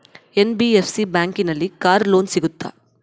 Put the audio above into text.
NBFC ಬ್ಯಾಂಕಿನಲ್ಲಿ car loan ಸಿಗುತ್ತಾ?